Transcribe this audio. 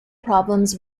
problems